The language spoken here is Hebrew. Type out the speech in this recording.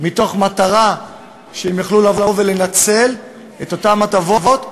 במטרה שהם יוכלו לנצל את אותן הטבות,